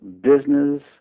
business